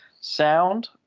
sound